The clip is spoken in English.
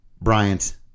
Bryant